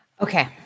Okay